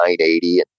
$9.80